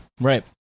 Right